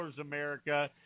America